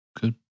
Good